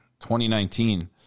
2019